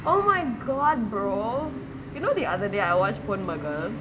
oh my god brother you know the other day I watch ponmagal